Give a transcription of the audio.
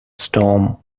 storm